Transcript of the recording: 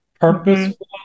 Purposeful